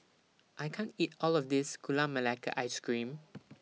I can't eat All of This Gula Melaka Ice Cream